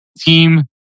team